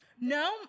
no